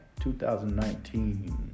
2019